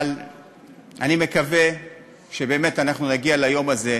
אבל אני מקווה שבאמת אנחנו נגיע ליום הזה,